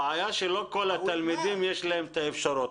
הבעיה שלא כל התלמידים יש להם את האפשרות.